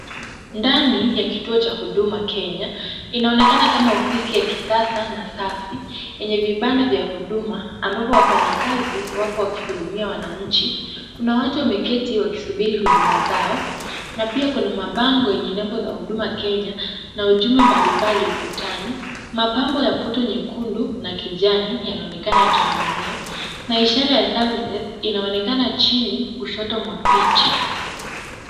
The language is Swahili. Ndani ya kituo cha Huduma Kenya inaonekana kama ofisi ya kisasa na safi yenye vibanda vya huduma ambapo wafanyakazi wako wakihudumia wananchi. Kuna watu wameketi wakisubiri huduma zao na pia kuna mabango yenye nembo ya Huduma Kenya na ujumbe mbalimbali ukutani. Mapambo ya puto nyekundu na kijani yanaonekana yakining'inia na ishara ya services inaonekana chini kushoto mwa picha.